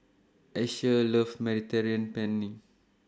Asher loves Mediterranean Penne